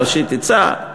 להושיט עצה.